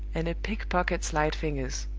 and a pickpocket's light fingers.